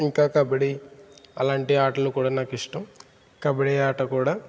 ఇంకా కబడ్డీ అలాంటి ఆటలు కూడా నాకు ఇష్టం కబడ్డీ ఆట కూడా